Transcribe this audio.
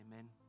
Amen